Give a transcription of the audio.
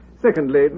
Secondly